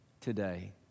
today